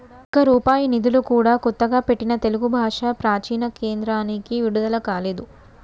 ఒక్క రూపాయి నిధులు కూడా కొత్తగా పెట్టిన తెలుగు భాషా ప్రాచీన కేంద్రానికి విడుదల కాలేదు